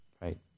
right